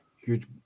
huge